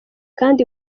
kandi